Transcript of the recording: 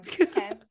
okay